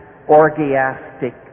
orgiastic